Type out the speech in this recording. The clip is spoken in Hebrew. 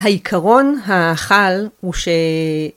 העיקרון האכל הוא ש...